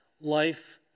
life